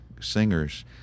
singers